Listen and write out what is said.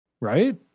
Right